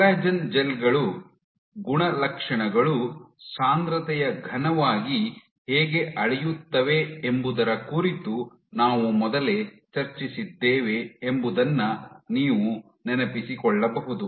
collagen gel ಗಳ ಗುಣಲಕ್ಷಣಗಳು ಸಾಂದ್ರತೆಯ ಘನವಾಗಿ ಹೇಗೆ ಅಳೆಯುತ್ತವೆ ಎಂಬುದರ ಕುರಿತು ನಾವು ಮೊದಲೇ ಚರ್ಚಿಸಿದ್ದೇವೆ ಎಂಬುದನ್ನು ನೀವು ನೆನೆಪಿಸಿಕೊಳ್ಳಬಹುದು